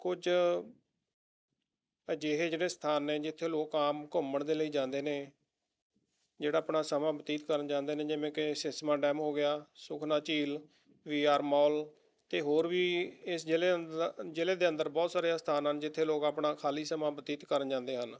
ਕੁਝ ਅਜਿਹੇ ਜਿਹੜੇ ਸਥਾਨ ਨੇ ਜਿੱਥੇ ਲੋਕ ਆਮ ਘੁੰਮਣ ਦੇ ਲਈ ਜਾਂਦੇ ਨੇ ਜਿਹੜਾ ਆਪਣਾ ਸਮਾਂ ਬਤੀਤ ਕਰਨ ਜਾਂਦੇ ਨੇ ਜਿਵੇਂ ਕਿ ਸਿਸਮਾ ਡੈਮ ਹੋ ਗਿਆ ਸੁਖਨਾ ਝੀਲ ਵੀ ਆਰ ਮੋਲ ਅਤੇ ਹੋਰ ਵੀ ਇਸ ਜ਼ਿਲ੍ਹੇ ਅੰਦ ਜ਼ਿਲ੍ਹੇ ਦੇ ਅੰਦਰ ਬਹੁਤ ਸਾਰੇ ਸਥਾਨ ਹਨ ਜਿੱਥੇ ਲੋਕ ਆਪਣਾ ਖਾਲੀ ਸਮਾਂ ਬਤੀਤ ਕਰਨ ਜਾਂਦੇ ਹਨ